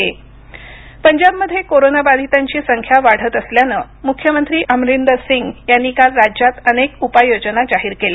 पंजाब टाळेबदी पंजाबमध्ये कोरोनाबाधितांची संख्या वाढत असल्यानं मुख्यमंत्री अमरिंदर सिंग यांनी काल राज्यात अनेक उपाययोजना जाहीर केल्या